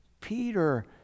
Peter